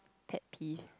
pet peeve